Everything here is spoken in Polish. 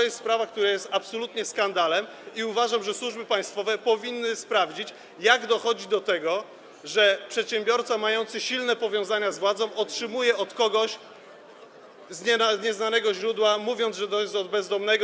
Jest to sprawa, która jest absolutnie skandalem, i uważam, że służby państwowe powinny sprawdzić, jak dochodzi do tego, że przedsiębiorca mający silne powiązania z władzą otrzymuje od kogoś, z nieznanego źródła samochody, mówiąc, że to jest od bezdomnego.